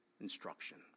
instruction